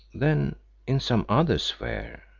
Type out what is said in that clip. then in some other sphere?